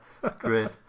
Great